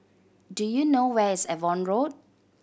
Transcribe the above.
do you know where is Avon Road